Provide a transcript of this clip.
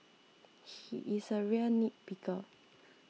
he is a real nitpicker